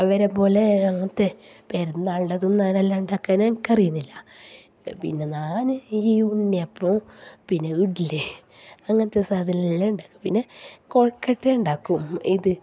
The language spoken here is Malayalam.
അവരെ പോലെ അങ്ങനത്തെ പെരുന്നാളിന്റെ തിന്നാനെല്ലാം ഉണ്ടാക്കാൻ എനിക്കറിയുന്നില്ല പിന്നെ ഞാൻ ഈ ഉണ്ണിയപ്പവും പിന്നെ ഇഡ്ഡലി അങ്ങനത്തെ സാധനമെല്ലാം ഉണ്ടാക്കും പിന്നെ കൊഴക്കട്ട ഉണ്ടാക്കും ഇത്